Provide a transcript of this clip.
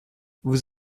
vous